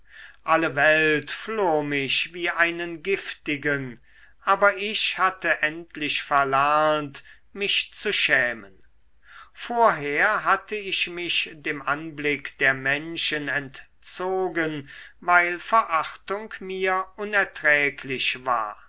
alle welt floh mich wie einen giftigen aber ich hatte endlich verlernt mich zu schämen vorher hatte ich mich dem anblick der menschen entzogen weil verachtung mir unerträglich war